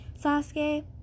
Sasuke